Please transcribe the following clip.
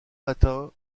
matin